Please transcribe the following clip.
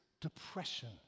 depression